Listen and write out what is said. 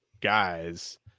guys